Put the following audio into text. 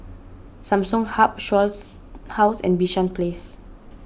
Samsung Hub Shaw House and Bishan Place